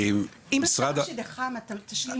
אם אפשר שנחמה תשלים.